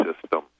system